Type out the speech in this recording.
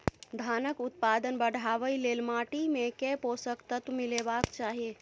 धानक उत्पादन बढ़ाबै लेल माटि मे केँ पोसक तत्व मिलेबाक चाहि?